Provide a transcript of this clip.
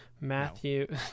matthew